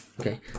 Okay